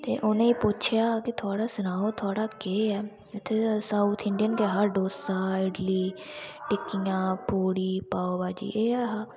ते उ'नें गी पुच्छेआ कि थोह्ड़ा सनाओ थुआढ़ा केह् है इत्थै ते साउथ इंडियन गै हा डोसा इड़ली टिकयां पूड़ी पाब बाजी एह् हा